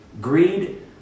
greed